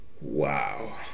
Wow